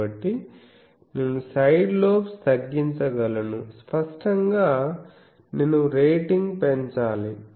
కాబట్టి నేను side lobes తగ్గించగలనుస్పష్టంగానేను రేటింగ్ పెంచాలి